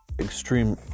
extreme